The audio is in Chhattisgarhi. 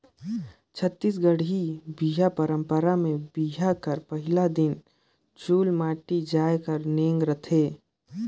छत्तीसगढ़ी बिहा पंरपरा मे बिहा कर पहिल दिन चुलमाटी जाए कर नेग रहथे